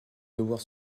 devoir